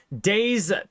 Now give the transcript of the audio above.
days